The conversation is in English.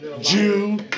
Jew